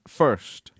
first